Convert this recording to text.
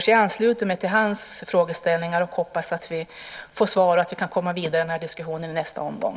Därför ansluter jag mig till hans frågeställningar och hoppas att vi får svar och att vi kan komma vidare i denna diskussion i nästa omgång.